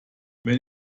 wenn